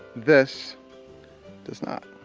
this does not.